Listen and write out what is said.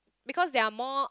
because there are more